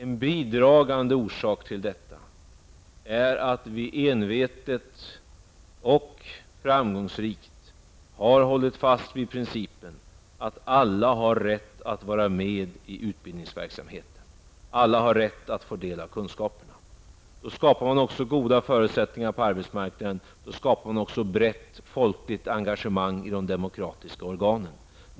En bidragande orsak till detta är att vi envetet och framgångsrikt har hållit fast vid principen att alla har rätt att vara med i utbildningsverksamheten. Alla har rätt att få del av kunskaperna. Då skapar man också goda förutsättningar på arbetsmarknaden, man skapar ett brett folkligt engagemang i de demokratiska organen.